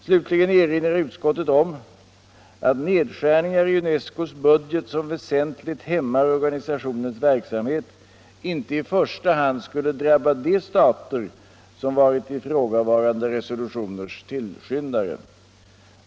Slutligen erinrar utrikesutskottet om att ”nedskärningar i Unescos budget som väsentligt hämmar organisationens verksamhet inte i första hand skulle drabba de stater som varit ifrågavarande resolutioners tillskyndare.